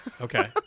Okay